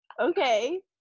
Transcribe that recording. okay